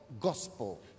gospel